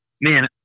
man